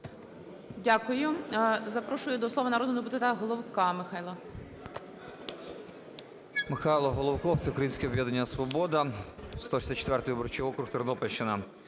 Дякую. Запрошую до слова народного депутата Головка